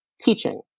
Teaching